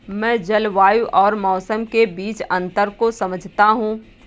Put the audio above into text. मैं जलवायु और मौसम के बीच अंतर को समझता हूं